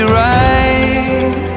right